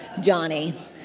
Johnny